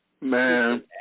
Man